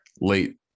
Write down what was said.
late